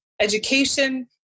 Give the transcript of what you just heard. education